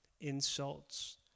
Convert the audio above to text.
insults